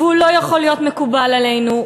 והוא לא יכול להיות מקובל עלינו,